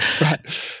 Right